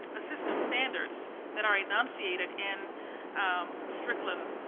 assistance standards that are enunciated in strickland